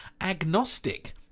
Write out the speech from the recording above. agnostic